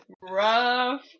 rough